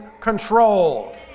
control